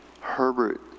Herbert